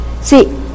See